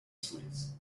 suites